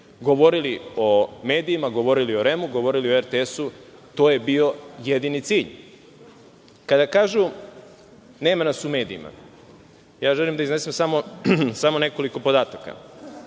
govorili o medijima, govorili o REM-u, govorili o RTS-u, to je bio jedini cilj. Kada kažu – nema nas u medijima, ja želim da iznesem samo nekoliko podataka.